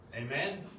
Amen